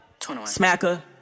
Smacker